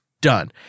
Done